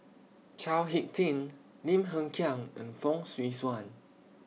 Chao Hick Tin Lim Hng Kiang and Fong Swee Suan